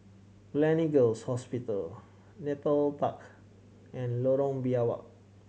Gleneagles Hospital Nepal Park and Lorong Biawak